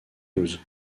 toulouse